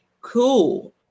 cool